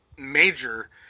major